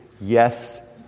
yes